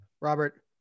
Robert